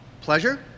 pleasure